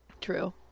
true